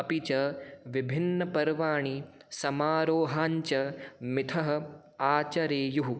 अपि च विभिन्नपर्वाणि समारोहाञ्च मिथः आचरेयुः